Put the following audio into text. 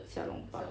小笼包